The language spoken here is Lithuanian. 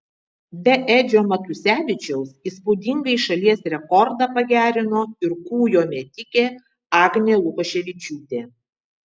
be edžio matusevičiaus įspūdingai šalies rekordą pagerino ir kūjo metikė agnė lukoševičiūtė